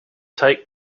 tight